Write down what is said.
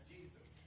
Jesus